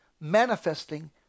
manifesting